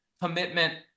commitment